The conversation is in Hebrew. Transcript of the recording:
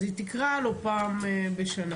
אז היא תקרא לו פעם בשנה.